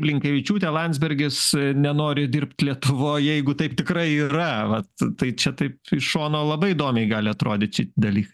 blinkevičiūtė landsbergis nenori dirbt lietuvoj jeigu taip tikrai yra vat tai čia taip iš šono labai įdomiai gali atrodyt šitie dalykai